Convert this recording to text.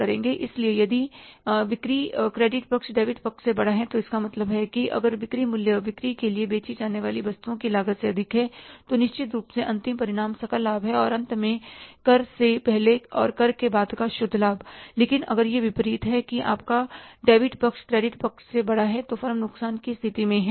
इसलिए यदि बिक्री क्रेडिट पक्ष डेबिट पक्ष से बड़ा है तो इसका मतलब है कि अगर बिक्री मूल्य बिक्री के लिए बेची जाने वाली वस्तुओं की लागत से अधिक है तो निश्चित रूप से अंतिम परिणाम सकल लाभ है और अंत में कर से पहले और कर के बाद शुद्ध लाभ लेकिन अगर यह इसके विपरीत है कि आपका डेबिट पक्ष क्रेडिट पक्ष से बड़ा है तो फर्म नुकसान की स्थिति में है